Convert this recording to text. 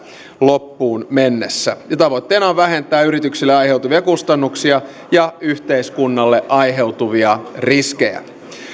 loppuun mennessä ja tavoitteena on vähentää yrityksille aiheutuvia kustannuksia ja yhteiskunnalle aiheutuvia riskejä